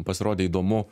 pasirodė įdomu